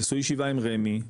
תעשו ישיבה עם רמ"י,